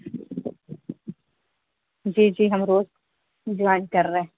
جی جی ہم روز جوائن کر رہے ہیں